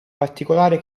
particolare